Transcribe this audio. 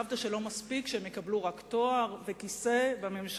חשבת שלא מספיק שהם יקבלו רק תואר וכיסא בממשלה,